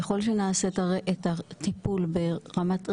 ככל שנעשה את הטיפול ברמת רצף,